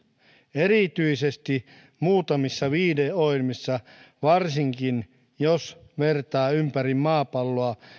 erityisesti muutamissa viihdeohjelmissa varsinkin jos vertaa ympäri maapalloa